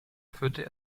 führte